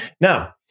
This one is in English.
Now